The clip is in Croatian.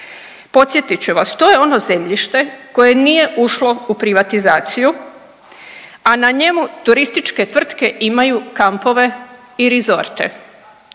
Podsjetit ću vas, to je ono zemljište koje nije ušlo u privatizaciju, a na njemu turističke tvrtke imaju kampove i rizorte.